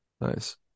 Nice